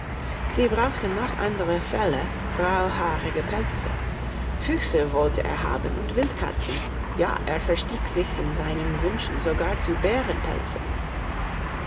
sie brauchten noch andere felle rauhhaarige pelze füchse wollte er haben und wildkatzen ja er verstieg sich in seinen wünschen sogar zu